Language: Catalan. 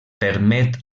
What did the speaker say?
permet